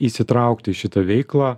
įsitraukti į šitą veiklą